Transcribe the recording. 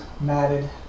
matted